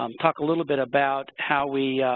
um talk a little bit about how we